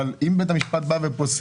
אבל אם בית המשפט פוסל,